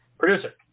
Producer